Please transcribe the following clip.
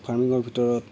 ফাৰ্মিঙৰ ভিতৰত